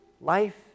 life